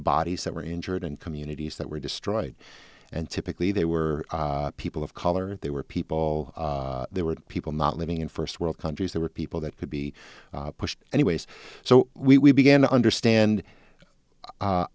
bodies that were injured in communities that were destroyed and typically they were people of color they were people there were people not living in first world countries they were people that could be pushed anyways so we began to understand